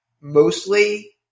mostly